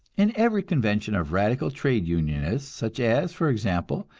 in every convention of radical trade unionists, such as, for example,